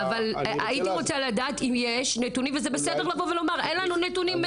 הייתי רוצה לדעת אם יש נתונים וזה בסדר גם לומר שאין נתונים.